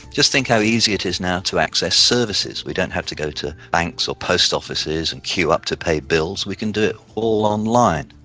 just think how easy it is now to access services. we don't have to go to banks or post offices and queue up to pay bills, we can do it all online.